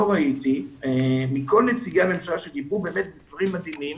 ראיתי מכל נציגי הממשלה שאמרו באמת דברים מדהימים,